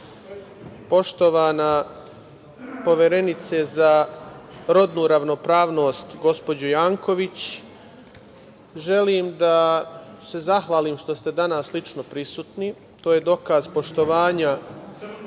poštovana Poverenice za rodnu ravnopravnost gospođo Janković, želim da se zahvalim što ste danas lično prisutni, to je dokaz poštovanja